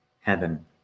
heaven